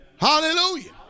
Hallelujah